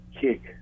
kick